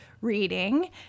reading